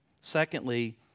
Secondly